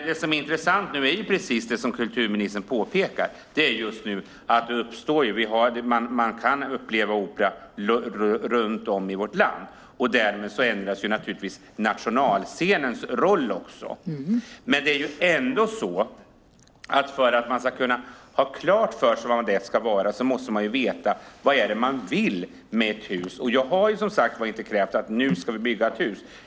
Vad som är intressant är precis det som kulturministern påpekar: Man kan uppleva opera runt om i vårt land, och därmed ändras naturligtvis nationalscenens roll. Men för att man ska få klart för sig vad den ska vara måste man ändå veta vad man vill med ett hus. Jag har inte krävt att vi nu ska bygga ett hus.